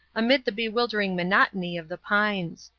amid the bewildering monotony of the pines.